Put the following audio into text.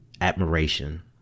admiration